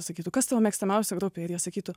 sakytų kas tavo mėgstamiausia grupė ir jie sakytų